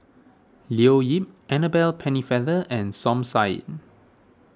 Leo Yip Annabel Pennefather and Som Said